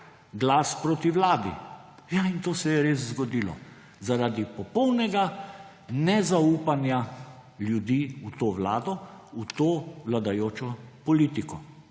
glas proti vladi. In to se je res zgodilo. Zaradi popolnega nezaupanja ljudi v to vlado, v to vladajočo politiko,